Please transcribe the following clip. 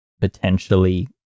potentially